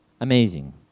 amazing